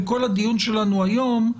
בכל הדיון שלנו היום,